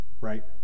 Right